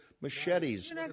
machetes